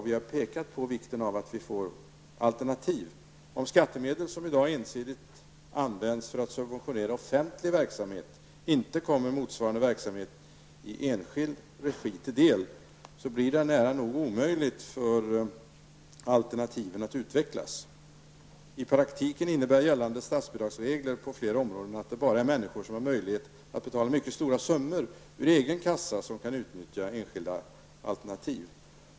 Vi har pekat på vikten av alternativ. Om de skattemedel som i dag ensidigt används för att subventionera offentlig verksamhet inte kommer motsvarande verksamhet i enskild regi till del, blir det i det närmaste omöjligt för alternativen att utvecklas. I praktiken innebär gällande statsbidragsregler på flera områden att det bara är människor som har möjlighet att ta mycket stora summor ur egen kassa som kan utnyttja enskilda alternativ.